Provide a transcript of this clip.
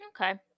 Okay